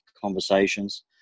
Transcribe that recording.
conversations